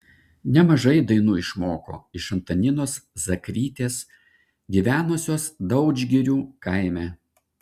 nemažai dainų išmoko iš antaninos zakrytės gyvenusios daudžgirių kaime